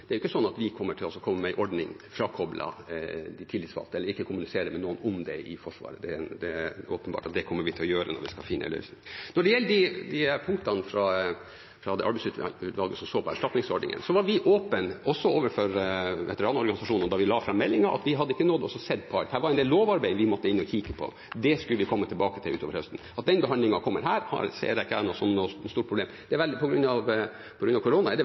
Det er ikke sånn at vi kommer til å komme med en ordning frakoblet de tillitsvalgte, eller ikke kommuniserer med noen om det i Forsvaret. Det er åpenbart at det kommer vi til å gjøre når vi skal finne en løsning. Når det gjelder de punktene fra det arbeidsutvalget som så på erstatningsordningen, var vi åpne også overfor veteranorganisasjonene da vi la fram meldingen, om at vi ikke hadde nådd å se på alt. Her var det en del lovarbeid vi måtte inn og kikke på. Det skulle vi komme tilbake til utover høsten. At den behandlingen kommer her, ser ikke jeg som noe stort problem. På grunn av korona er det veldig lenge siden meldingen ble levert, i april, og nå skriver vi oktober. Så jeg ser det